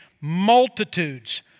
multitudes